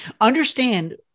Understand